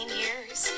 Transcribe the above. years